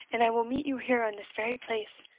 and i will meet you here on this very place,